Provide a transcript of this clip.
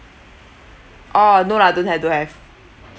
orh no lah don't have don't have